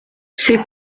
c’est